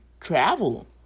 travel